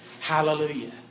Hallelujah